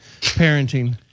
parenting